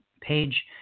page